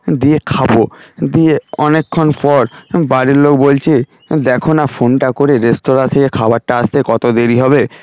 দিয়ে খাব দিয়ে অনেকক্ষণ পর বাড়ির লোক বলছে দেখোনা ফোনটা করে রেস্তোরাঁ থেকে খাবারটা আসতে কত দেরি হবে